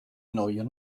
neuer